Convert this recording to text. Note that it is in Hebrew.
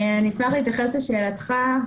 אני אשמח להתייחס לשאלתך.